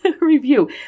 review